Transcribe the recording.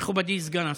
מכובדי סגן השר.